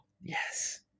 yes